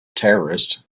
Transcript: terrorists